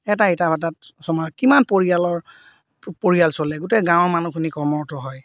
এটা ইটা ভাতাত চম কিমান পৰিয়ালৰ পৰিয়াল চলে গোটেই গাঁৱৰ মানুহখিনি কৰ্মৰত হয়